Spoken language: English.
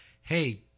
Hey